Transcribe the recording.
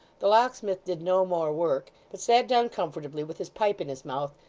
the locksmith did no more work but sat down comfortably with his pipe in his mouth,